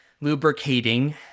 lubricating